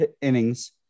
innings